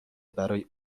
برای